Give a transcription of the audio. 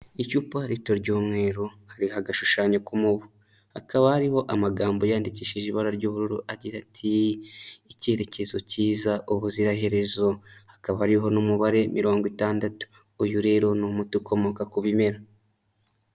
Icupa rita ry'umweru hariho agashushanyo k'umubu, hakara hari amagambo yandikishije ibara ry'ubururu agira ati: icyerekezo cyiza ubuziraherezo, hakaba hariho n'umubare mirongo itandatu, uyu rero ni umuti ukomoka ku bimera.